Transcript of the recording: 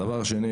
הדבר השני,